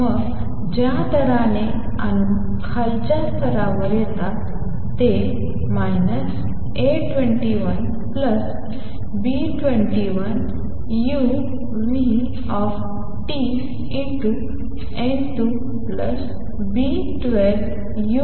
मग ज्या दराने अणू खालच्या स्तरावर येतात ते A21B21uTN2B12uTN1